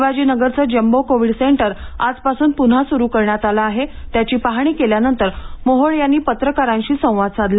शिवाजीनगरचे jumbo covid centre आजपासून पुन्हा सुरू करण्यात आले आहे त्याची पाहाणी केल्यानंतर मोहोळ यांनी पत्रकारांशी संवाद साधला